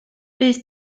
bydd